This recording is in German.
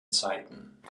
zeiten